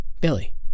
Billy